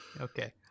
Okay